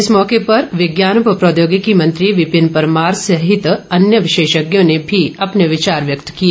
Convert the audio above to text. इस मौके पर विज्ञान व प्रौद्योगिकी मंत्री विपिन परमार सहित अन्य विशेषज्ञों ने भी अपने विचार व्यक्त किए